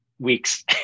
weeks